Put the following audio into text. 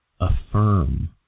affirm